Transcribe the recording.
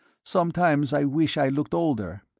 sometimes i wish i looked older.